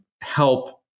help